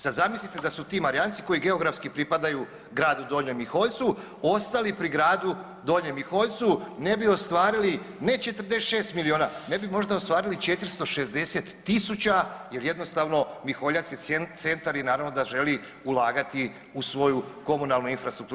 Sad zamislite da su ti Marijanci koji geografski pripadaju gradu Donjem Miholjcu ostali pri gradu Donjem Miholjcu, ne bi ostvarili ne 46 milijuna, ne bi možda ostvarili 460 000 jer jednostavno Miholjac je centar i naravno da želi ulagati u svoju komunalnu infrastrukturu.